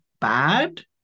bad